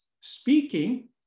speaking